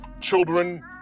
children